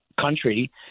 country